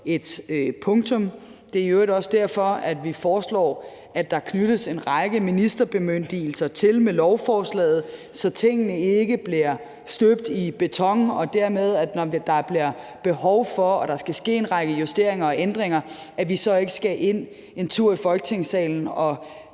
et punktum. Det er i øvrigt også derfor, vi foreslår, at der med lovforslaget tilknyttes en række ministerbemyndigelser, så tingene ikke bliver støbt i beton, og at vi dermed, når der bliver nogle behov og der skal ske en række justeringer og ændringer, ikke skal en tur ind i Folketingssalen og